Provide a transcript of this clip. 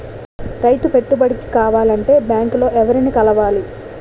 రైతు పెట్టుబడికి కావాలంటే బ్యాంక్ లో ఎవరిని కలవాలి?